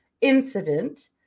incident